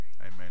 Amen